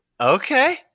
Okay